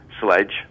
sledge